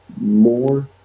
more